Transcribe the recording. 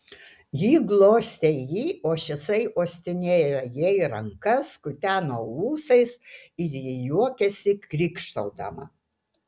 ji glostė jį o šisai uostinėjo jai rankas kuteno ūsais ir ji juokėsi krykštaudama